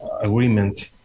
agreement